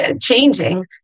changing